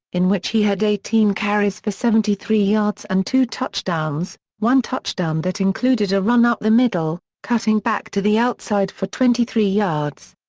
in which he had eighteen carries for seventy three yards and two touchdowns, one touchdown that included a run up the middle, cutting back to the outside for twenty three yards.